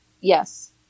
Yes